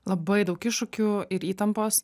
labai daug iššūkių ir įtampos